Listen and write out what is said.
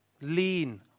Lean